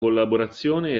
collaborazione